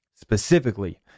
Specifically